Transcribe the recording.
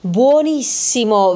buonissimo